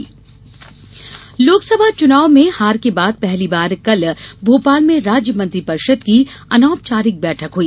राज्य मंत्रिपरिषद लोकसभा चुनाव में हार के बाद पहली बार कल भोपाल में राज्य मंत्रिपरिषद की अनौपचारिक बैठक हुई